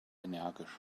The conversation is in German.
energisch